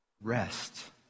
Rest